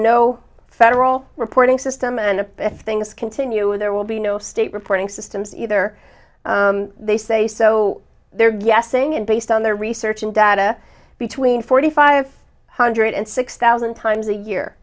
no federal reporting system and if things continue there will be no state reporting systems either they say so they're guessing and based on their research and data between forty five hundred and six thousand times a year